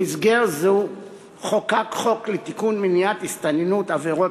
במסגרת זו חוקק חוק מניעת הסתננות (עבירות